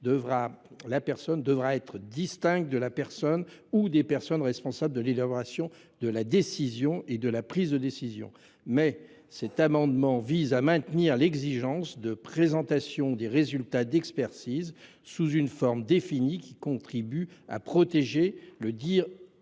devra être distincte de la personne ou des personnes responsables de l’élaboration de la décision et de la prise de décision ». Mais, cet amendement vise à maintenir l’exigence de présentation des résultats d’expertise sous une forme définie qui contribue à protéger le « dire d’expert ».